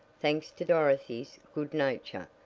thanks to dorothy's good nature,